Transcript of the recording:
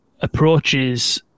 approaches